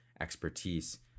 expertise